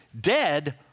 dead